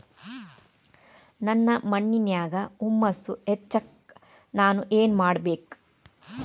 ನನ್ನ ಮಣ್ಣಿನ್ಯಾಗ್ ಹುಮ್ಯೂಸ್ ಹೆಚ್ಚಾಕ್ ನಾನ್ ಏನು ಮಾಡ್ಬೇಕ್?